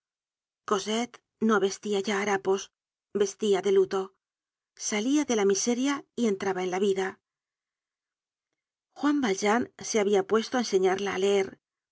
cosette no vestia ya harapos vestia de luto salía de la miseria y entraba en la vida juan valjean se habia puesto á enseñarla á leer